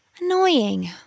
Annoying